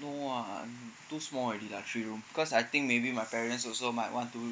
no ah too small already lah three room because I think maybe my parent also might want to